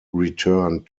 returned